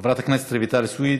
חברת הכנסת רויטל סויד,